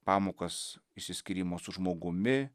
pamokas išsiskyrimo su žmogumi